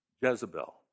Jezebel